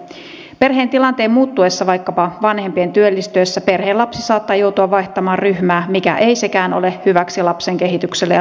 perheen tilanteen muuttuessa vaikkapa vanhempien työllistyessä perheen lapsi saattaa joutua vaihtamaan ryhmää mikä ei sekään ole hyväksi lapsen kehitykselle ja turvallisuudentunteelle